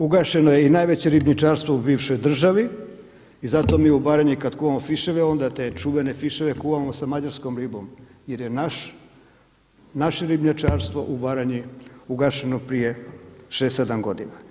Ugašeno je i najveće ribnjačarstvo u bivšoj državi i zato mi u Baranji kada kuvamo fiševe onda te čuvene fiševe kuvamo sa mađarskom ribom jer je naše ribnjačarstvo u Baranji ugašeno prije šest, sedam godina.